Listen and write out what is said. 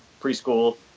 preschool